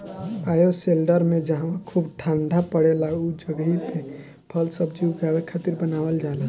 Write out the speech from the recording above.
bioshelter में जहवा खूब ठण्डा पड़ेला उ जगही पे फल सब्जी उगावे खातिर बनावल जाला